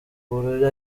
buryo